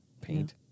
Paint